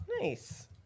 Nice